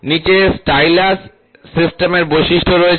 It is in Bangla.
নীচে স্টাইলাস সিস্টেমের বৈশিষ্ট্য রয়েছে